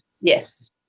yes